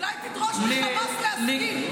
אולי תדרוש מחמאס להסכים,